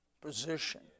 position